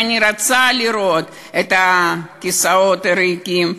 ואני רוצה לראות את הכיסאות הריקים,